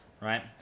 Right